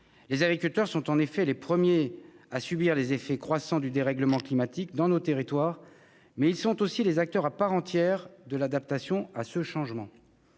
nos agriculteurs. Ceux-ci sont les premiers à subir les effets croissants du dérèglement climatique dans nos territoires, mais ils sont également des acteurs à part entière de l'adaptation à ce changement.